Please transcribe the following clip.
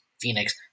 Phoenix